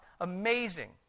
Amazing